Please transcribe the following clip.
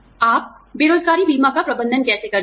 आप बेरोज़गारी बीमा का प्रबंधन कैसे करते हैं